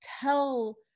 tell